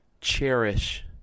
cherish